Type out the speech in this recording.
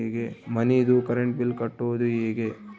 ಮನಿದು current bill ಕಟ್ಟೊದು ಹೇಗೆ?